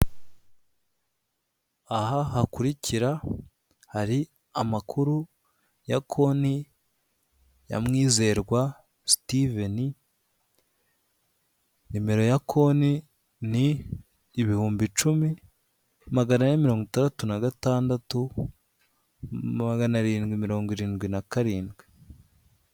Aha hakurikira hari amakuru ya konti ya Mwizerwa steven, nimero ya konti ni ibihumbi icumi, magana ane mirongo itandatu na gatandatu, magana arindwi mirongo irindwi na karindwi.